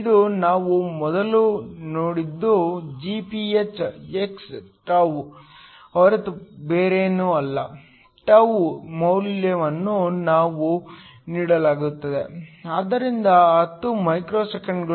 ಇದು ನಾವು ಮೊದಲು ನೋಡಿದ್ದು Gph x τ ಹೊರತು ಬೇರೇನೂ ಅಲ್ಲ τ ಮೌಲ್ಯವನ್ನು ಸಹ ನೀಡಲಾಗಿದೆ ಆದ್ದರಿಂದ 10 ಮೈಕ್ರೋಸೆಕೆಂಡುಗಳು